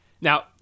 Now